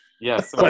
Yes